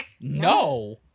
No